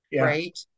right